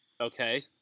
Okay